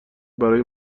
برای